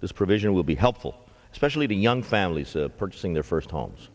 this provision will be helpful especially to young families purchasing their first homes